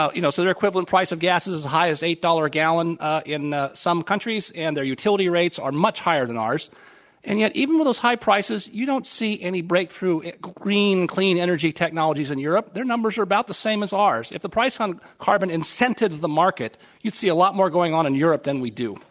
ah you know, so their equivalent price of gas is as high as eight dollars a gallon in ah some countries and their utility rates are much higher than ours and yet even with those high prices you don't see any breakthrough in green clean energy technologies in europe. their numbers are about the same as ours. if the price on carbon incentivised the market you'd see a lot more going on in europe than we do.